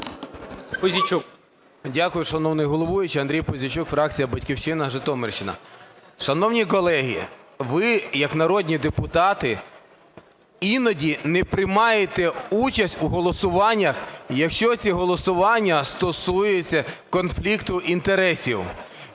А.В. Дякую, шановний головуючий. Андрій Пузійчук, фракція "Батьківщина", Житомирщина. Шановні колеги, ви як народні депутати іноді не приймаєте участь у голосуваннях, якщо ці голосування стосуються конфлікту інтересів.